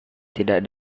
tidak